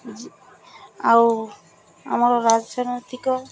ଆଉ ଆମର ରାଜନୈତିକ